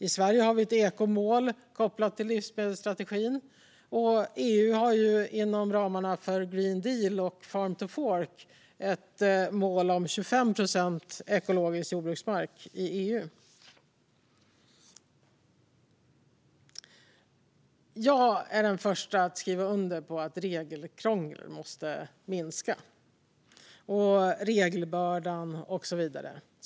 I Sverige har vi ett ekomål kopplat till livsmedelsstrategin, och EU har inom ramen för Green Deal och Farm to Fork ett mål om 25 procent ekologisk jordbruksmark i EU. Jag är den första att skriva under på att regelkrånglet och regelbördan måste minska.